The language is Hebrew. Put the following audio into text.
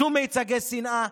שום מיצגי שנאה,